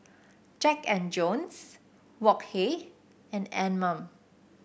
Jack And Jones Wok Hey and Anmum